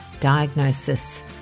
diagnosis